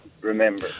remember